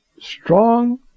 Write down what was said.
strong